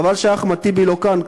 חבל שאחמד טיבי לא כאן,